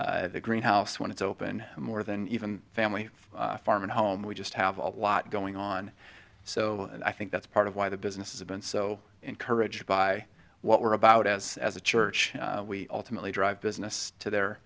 the green house when it's open more than even family farm and home we just have a lot going on so i think that's part of why the businesses have been so encouraged by what we're about as as a church we ultimately drive business to their